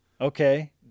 Okay